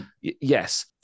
yes